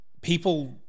people